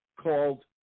called